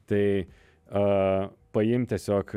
tai a paimt tiesiog